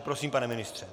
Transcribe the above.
Prosím, pane ministře.